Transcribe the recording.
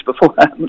beforehand